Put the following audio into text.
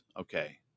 okay